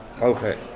okay